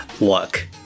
Look